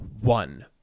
one